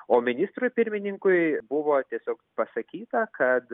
o ministrui pirmininkui buvo tiesiog pasakyta kad